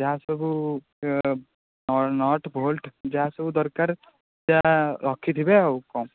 ଯାହା ସବୁ ନଟଭୋଲ୍ଟ ଯାହା ସବୁ ଦରକାର ତାହା ରଖିଥିବେ ଆଉ କ'ଣ